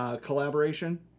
Collaboration